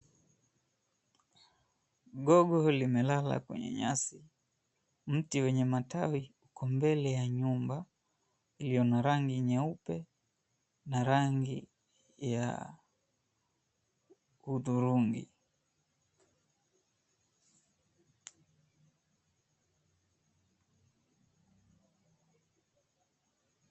Gogo limelala kwenye nyasi, mti wenye matawi iko mbele ya nyumba iliyo na rangi nyeupe na rangi ya hudhurungi.